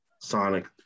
Sonic